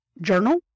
journal